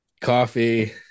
coffee